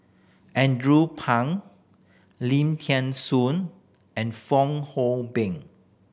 Andrew Phang Lim Thean Soon and Fong Hoe Beng